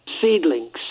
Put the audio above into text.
Seedlings